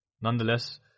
Nonetheless